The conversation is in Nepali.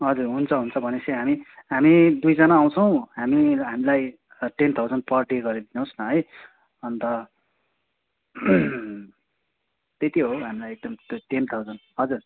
हजुर हुन्छ हुन्छ भनेपछि हामी हामी दुईजाना आउँछौँ हामी हामीलाई टेन थाउजन्ड पर डे गरेर दिनुहोस् न है अन्त त्यति हो हामीलाई एकदम टेन थाउजन्ड